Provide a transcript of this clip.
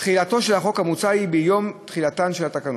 תחילתו של החוק המוצע היא ביום תחילתן של התקנות.